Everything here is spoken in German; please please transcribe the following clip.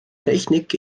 technik